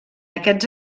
aquests